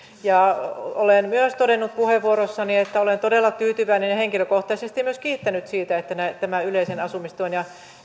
olen myös todennut puheenvuoroissani että olen todella tyytyväinen ja henkilökohtaisesti myös kiittänyt siitä että yleisen asumistuen ja